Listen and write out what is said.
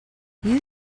you